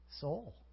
soul